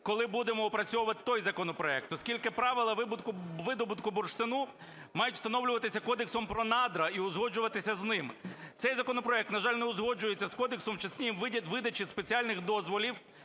коли будемо опрацьовувати той законопроект, оскільки правила видобутку бурштину мають встановлюватись Кодексом про надра і узгоджуватися з ним. Цей законопроект, на жаль, не узгоджується з кодексом в частині видачі спеціальних дозволів,